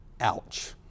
Ouch